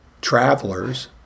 travelers